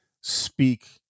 speak